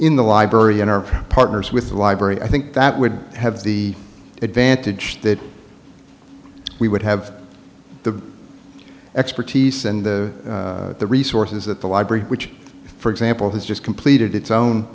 in the library in our partners with the library i think that would have the advantage that we would have the expertise and the resources that the library which for example has just completed its own